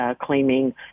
claiming